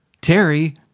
Terry